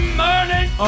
morning